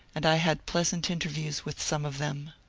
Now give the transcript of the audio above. and i had pleasant interviews with some of them.